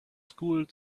school